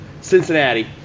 Cincinnati